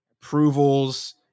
approvals